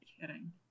kidding